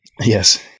Yes